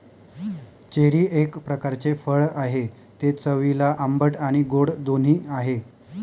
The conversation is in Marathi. चेरी एक प्रकारचे फळ आहे, ते चवीला आंबट आणि गोड दोन्ही आहे